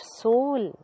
soul